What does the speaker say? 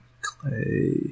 Clay